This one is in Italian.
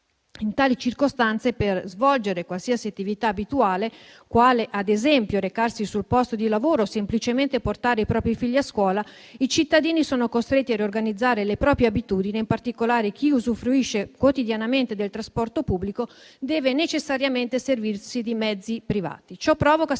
In tali circostanze, per svolgere qualsiasi attività abituale, quale ad esempio recarsi sul posto di lavoro o semplicemente portare i propri figli a scuola, i cittadini sono costretti a riorganizzare le proprie abitudini e, in particolare, chi usufruisce quotidianamente del trasporto pubblico deve necessariamente servirsi di mezzi privati. Ciò provoca sicuramente